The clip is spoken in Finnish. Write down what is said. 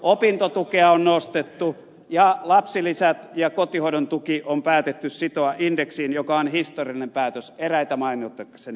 opintotukea on nostettu ja lapsilisät ja kotihoidon tuki on päätetty sitoa indeksiin mikä on historiallinen päätös eräitä mainitakseni